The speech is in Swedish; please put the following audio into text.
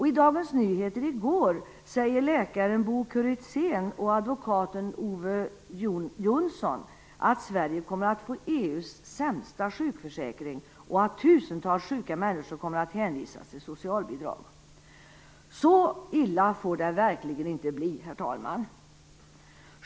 I Dagens Nyheter igår skrev läkaren Bo Kuritzén och advokaten Ove Jonsson att Sverige kommer att få EU:s sämsta sjukförsäkring och att tusentals sjuka människor kommer att hänvisas till socialbidrag. Så illa får det verkligen inte bli, herr talman!